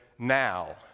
Now